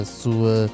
sua